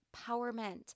empowerment